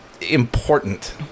important